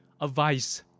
advice